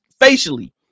facially